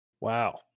Wow